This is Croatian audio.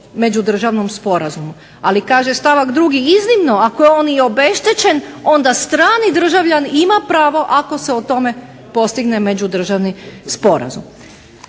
međudržavnom sporazumu. Ali kaže stavak 2. iznimno ako je on i obeštećen onda strani državljanin ima pravo ako se o tome postigne međudržavni sporazum.